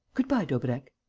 good-bye, daubrecq.